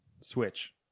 Switch